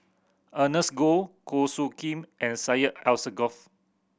Ernest Goh Goh Soo Khim and Syed Alsagoff